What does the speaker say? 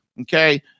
okay